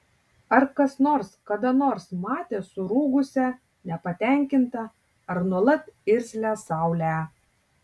ar kas nors kada nors matė surūgusią nepatenkintą ar nuolat irzlią saulę